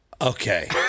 okay